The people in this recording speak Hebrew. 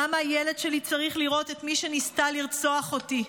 למה הילד שלי צריך לראות את מי שניסתה לרצוח אותי?